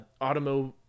automotive